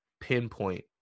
pinpoint